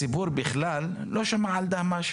הציבור בכלל לא שמע על דהמש,